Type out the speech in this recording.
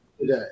today